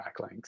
backlinks